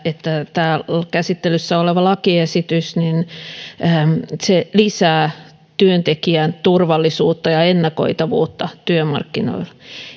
tämä käsittelyssä oleva lakiesitys lisää työntekijän turvallisuutta ja ennakoitavuutta työmarkkinoilla